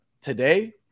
today